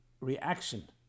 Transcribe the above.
reaction